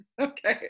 Okay